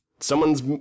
Someone's